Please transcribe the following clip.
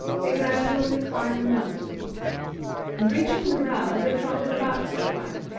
they gradually climbed the mountain and, reaching the brow, they trotted about for a while,